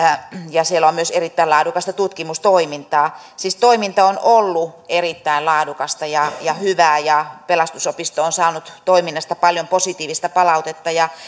ja siellä on myös erittäin laadukasta tutkimustoimintaa toiminta on siis ollut erittäin laadukasta ja ja hyvää pelastusopisto on saanut toiminnastaan paljon positiivista palautetta ja